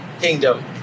kingdom